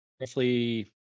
roughly